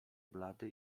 blady